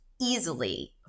easily